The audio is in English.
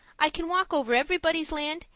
i can walk over everybody's land,